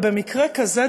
ובמקרה כזה,